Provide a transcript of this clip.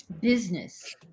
business